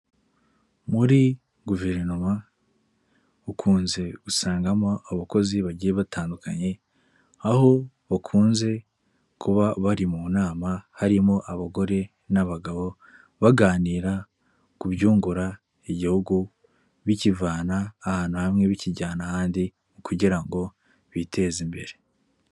Muri Guverinoma ukunze usangamo abakozi bagiye batandukanye aho bakunze kuba bari mu nama harimo abagore n'abagabo baganira kubyungura igihugu bikivana ahantu hamwe bikijyana ahandi kugira ngo biteze imbere.